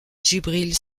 djibril